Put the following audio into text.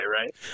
right